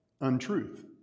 untruth